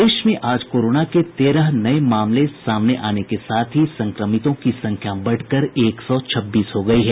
प्रदेश में आज कोरोना के तेरह नये मामले सामने आने के साथ ही संक्रमितों की संख्या बढ़कर एक सौ छब्बीस हो गयी है